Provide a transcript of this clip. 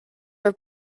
were